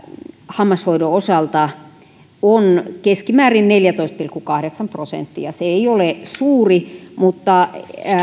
hammashoidon osalta on keskimäärin neljätoista pilkku kahdeksan prosenttia se ei ole suuri mutta